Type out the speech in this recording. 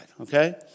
okay